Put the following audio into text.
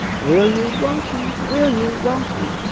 will you, won't you, will you, won't you,